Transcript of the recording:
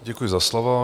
Děkuji za slovo.